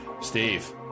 Steve